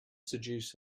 seduce